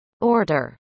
order